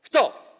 Kto?